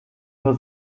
nur